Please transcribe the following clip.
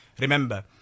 Remember